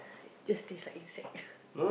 just taste like insect